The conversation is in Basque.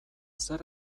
zer